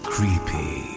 Creepy